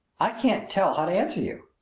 i can't tell how to answer you.